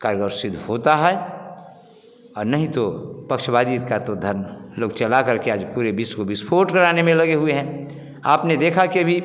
कारगर सिद्ध होता है और नहीं तो पक्षवादी का तो धर्म लोग चला करके आज पूरे विश्व विस्फोट बनाने में लगे हुए हैं आपने देखा कि अभी